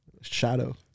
shadow